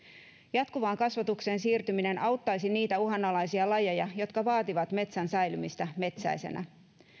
jatkuvaan kasvatukseen siirtyminen auttaisi niitä uhanalaisia lajeja jotka vaativat metsän säilymistä metsäisenä